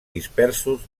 dispersos